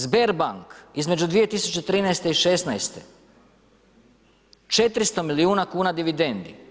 Sberbank između 2013. i 2016. 400 milijuna kuna dividendi.